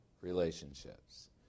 relationships